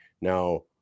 Now